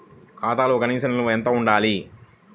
ఖాతాలో కనీస నిల్వ ఎంత ఉండాలి?